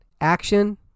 action